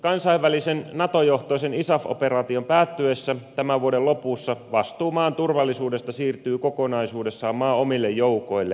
kansainvälisen nato johtoisen isaf operaation päättyessä tämän vuoden lopussa vastuu maan turvallisuudesta siirtyy kokonaisuudessaan maan omille joukoille